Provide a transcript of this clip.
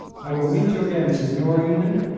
i will meet you again, signorini,